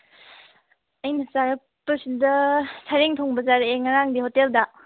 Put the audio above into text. ꯑꯩꯅ ꯆꯥꯔꯛꯄꯁꯤꯗ ꯁꯔꯦꯡ ꯊꯣꯡꯕ ꯆꯥꯔꯛꯑꯦ ꯉꯔꯥꯡꯗꯤ ꯍꯣꯇꯦꯜꯗ